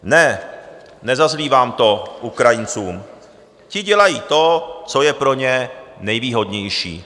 Ne, nezazlívám to Ukrajincům, ti dělají to, co je pro ně nejvýhodnější.